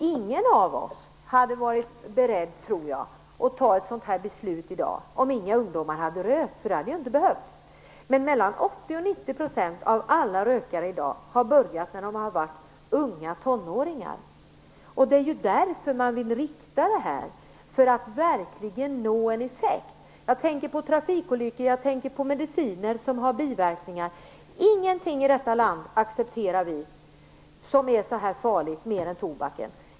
Ingen av oss hade varit beredd att fatta ett sådant beslut i dag, tror jag, om inga ungdomar hade rökt. Det hade inte behövts. Men mellan 80 och 90 % av alla rökare har börjat när de har varit unga tonåringar. Det är för att verkligen nå en effekt som man vill rikta dessa åtgärder. Jag tänker på trafikolyckor, och jag tänker på mediciner som har biverkningar. I detta land accepterar vi ingenting som är så farligt som tobaken.